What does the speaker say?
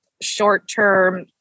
short-term